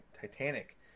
Titanic